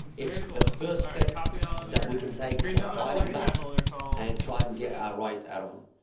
it's the first step that we can take to fight em back and try and get our right out of them.